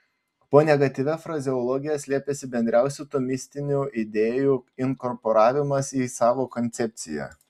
po negatyvia frazeologija slėpėsi bendriausių tomistinių idėjų inkorporavimas į savo koncepciją